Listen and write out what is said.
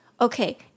okay